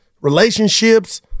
Relationships